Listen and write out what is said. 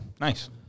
nice